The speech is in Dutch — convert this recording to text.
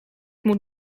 moet